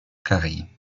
carrée